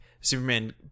Superman